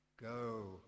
Go